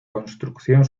construcción